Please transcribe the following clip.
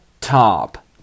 top